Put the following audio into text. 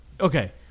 okay